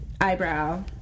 eyebrow